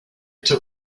took